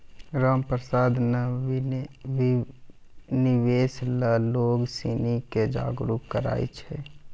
रामप्रसाद ने निवेश ल लोग सिनी के जागरूक करय छै